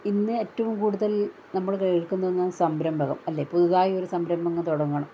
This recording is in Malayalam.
ഇന്ന് ഏറ്റവും കൂടുതൽ നമ്മൾ കേൾക്കുന്ന ഒന്നാണ് സംരഭകം അല്ലെങ്കിൽ പുതുതായി ഒരു സംരഭകം തുടങ്ങണം